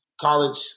college